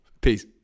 Peace